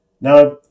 Now